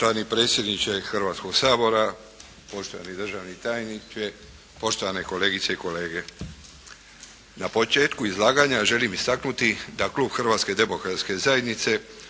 Hrvatske demokratske zajednice